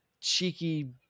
cheeky